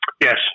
Yes